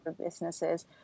businesses